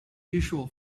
usual